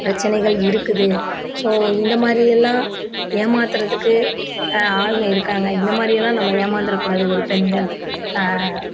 பிரச்சனைகள் இருக்குது ஸோ இந்த மாதிரியெல்லாம் ஏமாத்துகிறத்துக்கு ஆளுங்கள் இருக்காங்க இந்த மாதிரியெல்லாம் நம்ம ஏமாந்துடக் கூடாது ஒரு பெண்கள்